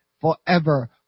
forever